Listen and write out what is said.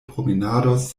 promenados